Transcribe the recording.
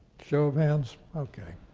show of hands, okay.